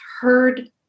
heard